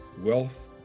wealth